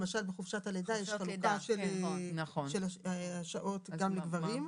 למשל בחופשת הלידה יש חלוקה של השעות גם לגברים.